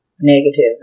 negative